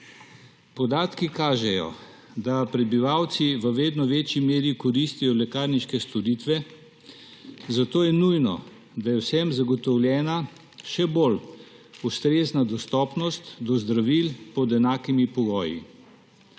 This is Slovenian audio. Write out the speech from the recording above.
Podatki kažejo, da prebivalci v vedno večji meri koristijo lekarniške storitve, zato je nujno, da je vsem zagotovljena še bolj ustrezna dostopnost do zdravil pod enakimi pogoji.